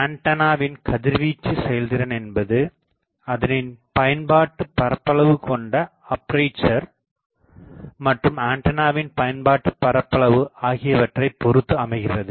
ஆண்டனாவின் கதிர்வீச்சு செயல்திறன் என்பது அதனின் பயன்பாட்டுபரப்பளவு கொண்ட அப்பேசர் மற்றும் ஆண்டனாவின் பயன்பாட்டுபரப்பளவு ஆகியவற்றைப் பொருத்து அமைகின்றது